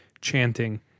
chanting